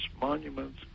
monuments